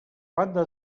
banda